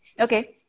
Okay